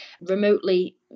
remotely